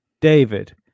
David